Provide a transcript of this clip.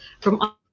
from-